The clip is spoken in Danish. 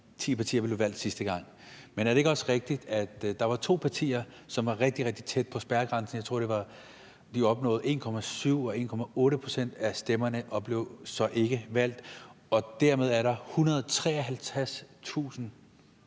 ti partier blev valgt sidste gang, men er det ikke også rigtigt, at der var to partier, som var rigtig, rigtig tæt på spærregrænsen? Jeg tror, at de opnåede 1,7 pct. og 1,8 pct. af stemmerne. De blev så ikke valgt, og dermed er der 153.000